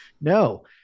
no